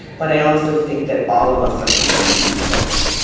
but i also think that all of us are coming to these books